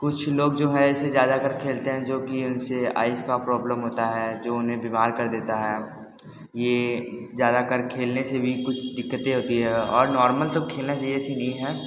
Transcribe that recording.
कुछ लोग जो है इसे ज्यादातर खेलते हैं जो कि इनसे आइस का प्रॉब्लम होता है जो उन्हें बीमार कर देता है ये ज़्यादा कर खेलने से भी कुछ दिक्कते होती है और नॉर्मल तो खेलना चहिए ऐसी नी है